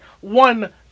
one